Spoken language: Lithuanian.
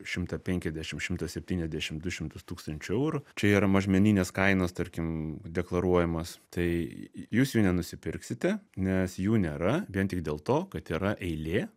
šimtą penkiasdešim šimtą septyniasdešim du šimtus tūkstančių eurų čia yra mažmeninės kainos tarkim deklaruojamos tai jūs jų nenusipirksite nes jų nėra vien tik dėl to kad yra eilė